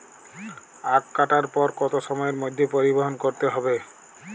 আখ কাটার পর কত সময়ের মধ্যে পরিবহন করতে হবে?